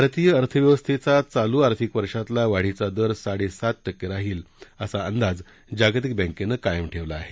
भारतीय अर्थव्यवस्थेचा चालू आर्थिक वर्षातला वाढीचा दर साडेसात टक्के राहील असा अंदाज जागतिक बँकेनं कायम ठेवला आहे